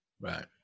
Right